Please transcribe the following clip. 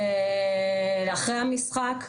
אוטובוס אחרי המשחק,